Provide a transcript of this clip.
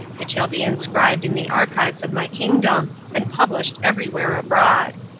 it shall be inscribed in the archives of my kingdom and published everywhere abroad